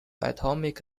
atomic